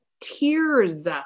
tears